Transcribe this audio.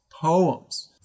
poems